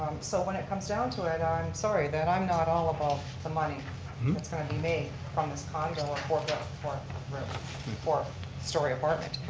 so when it comes down to it, i'm sorry that i'm not all about the money that's going to be made from this condo ah or but four and four story apartment.